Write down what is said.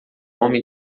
homem